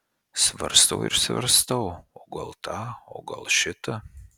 svarstau ir svarstau o gal tą o gal šitą